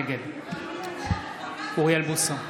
נגד אוריאל בוסו,